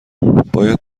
باید